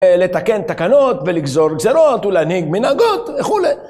לתקן תקנות ולגזור גזרות ולהנהיג מנהגות וכולי.